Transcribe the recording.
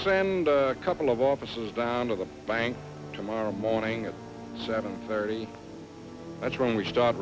send a couple of offices down to the bank tomorrow morning at seven thirty that's wrong we start